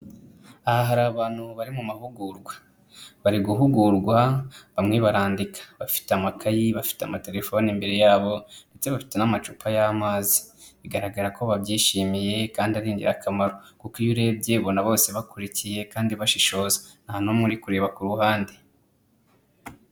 Aha hari abantu bari mu mahugurwa, bari guhugurwa bamwe barandika bafite amakayi, bafite amatelefoni imbere yabo ndetse bafite n'amacupa y'amazi, bigaragara ko babyishimiye kandi ari ingirakamaro, kuko iyo urebye ubona bose bakurikiye kandi bashishoza, nta n'umwe uri kureba ku ruhande.